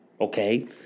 Okay